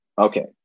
Okay